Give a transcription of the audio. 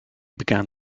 began